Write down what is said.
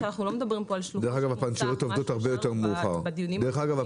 דרך אגב,